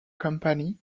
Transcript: company